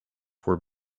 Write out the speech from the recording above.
were